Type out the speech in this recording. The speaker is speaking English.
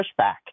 pushback